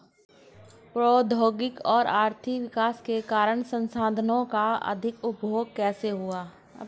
प्रौद्योगिक और आर्थिक विकास के कारण संसाधानों का अधिक उपभोग कैसे हुआ है?